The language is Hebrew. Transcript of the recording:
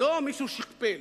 לא מישהו שכפל.